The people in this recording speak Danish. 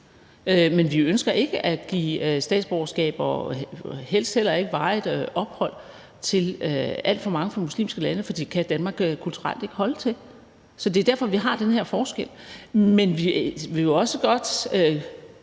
Vi ønsker ikke at give statsborgerskab og helst heller ikke varigt ophold til alt for mange fra muslimske lande, for det kan Danmark kulturelt ikke holde til. Så det er derfor, at vi har den her forskel. Men vi vil jo også godt